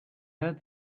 heard